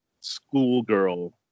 schoolgirl